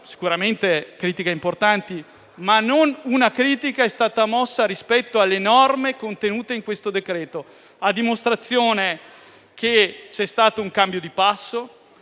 sicuramente di critiche importanti, ma non una critica è stata mossa rispetto alle norme contenute in questo decreto-legge, a dimostrazione che c'è stato un cambio di passo